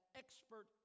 expert